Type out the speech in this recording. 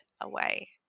away